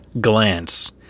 glance